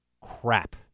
crap